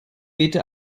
wehte